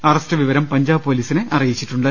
arrest വിവരം പഞ്ചാബ് പൊലീ സിനെ അറിയിച്ചിട്ടുണ്ട്